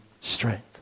strength